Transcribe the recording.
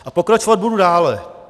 A pokračovat budu dále.